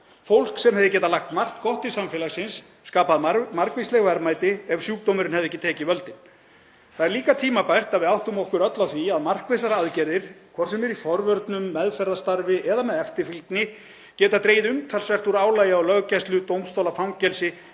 fólk sem hefði getað lagt margt gott til samfélagsins, skapað margvísleg verðmæti ef sjúkdómurinn hefði ekki tekið völdin. Það er líka tímabært að við áttum okkur öll á því að markvissar aðgerðir, hvort sem er í forvörnum, meðferðarstarfi eða með eftirfylgni, geta dregið umtalsvert úr álagi á löggæslu, dómstóla, fangelsi,